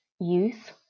Youth